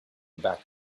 back